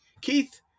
Keith